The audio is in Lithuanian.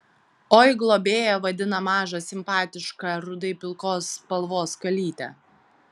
oi globėja vadina mažą simpatišką rudai pilkos spalvos kalytę